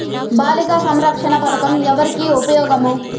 బాలిక సంరక్షణ పథకం ఎవరికి ఉపయోగము?